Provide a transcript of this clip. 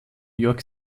york